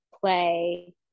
play